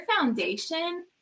foundation